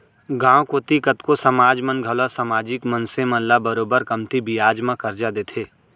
गॉंव कोती कतको समाज मन घलौ समाजिक मनसे मन ल बरोबर कमती बियाज म करजा देथे